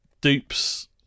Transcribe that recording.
dupes